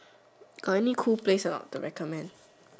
any cool place or not to recommend